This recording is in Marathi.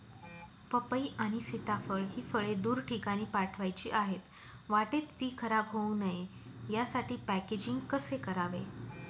पपई आणि सीताफळ हि फळे दूर ठिकाणी पाठवायची आहेत, वाटेत ति खराब होऊ नये यासाठी पॅकेजिंग कसे करावे?